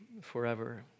forever